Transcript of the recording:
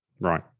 right